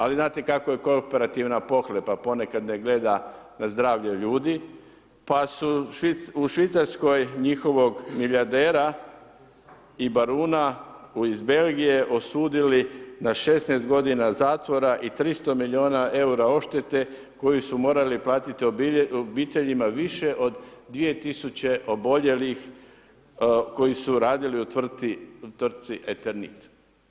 Ali znate kako je kooperativna pohlepa, ponekad ne gleda na zdravlje ljudi, pa su u Švicarskoj njihovog milijardera i baruna iz Belgije osudili na 16 godina zatvora i 300 milijuna eura odštete koju su morali platiti obiteljima više od 2 tisuće oboljelih koji su radili u tvrtci Eternik.